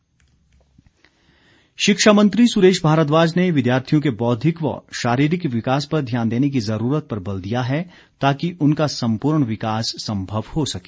सुरेश भारद्वाज शिक्षा मंत्री सुरेश भारद्वाज ने विद्यार्थियों के बौद्धिक व शारीरिक विकास पर ध्यान देने की जरूरत पर बल दिया है ताकि उनका संपूर्ण विकास संभव हो सके